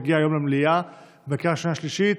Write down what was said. והוא יגיע היום למליאה לקריאה שנייה ושלישית.